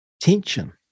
tension